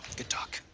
good talk.